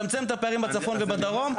לא --- תצמצם את הפערים בצפון ובדרום,